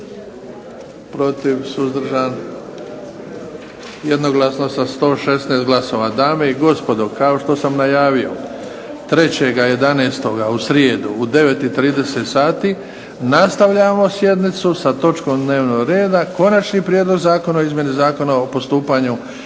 Suzdržan? Jednoglasno sa 116 glasova. Dame i gospodo kao što sam najavio 3.11. u srijedu u 9,30 sati nastavljamo sjednicu sa točkom dnevnog reda Konačni prijedlog zakona o izmjeni Zakona o postupanju